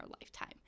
lifetime